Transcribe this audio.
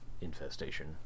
infestation